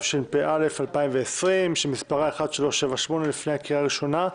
התשפ"א-2020 (מ/1378), לפני הקריאה הראשונה.